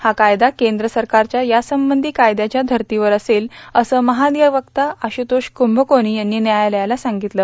हा कायदा केंद्र सरकारच्या यासंबंधी कायद्याच्या धर्तीवर असेल असं महाअधिवक्ता आश्रतोष क्रंभकोनी यांनी न्यायालयाला सांगितलं